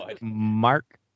Mark